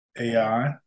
AI